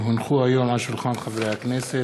כי הונחו היום על שולחן הכנסת,